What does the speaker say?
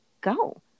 go